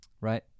Right